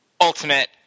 Ultimate